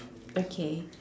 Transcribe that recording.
okay